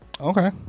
Okay